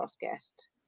guest